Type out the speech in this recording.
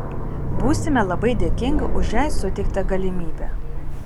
būsime labai dėkingi už jai suteiktą galimybę